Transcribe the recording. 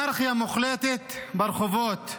אנרכיה מוחלטת ברחובות,